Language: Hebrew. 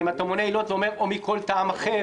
האם אתה מונה עילות ואומר "או מכל טעם אחר".